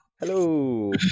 Hello